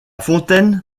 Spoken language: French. fontaine